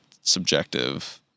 subjective